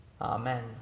Amen